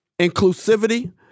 inclusivity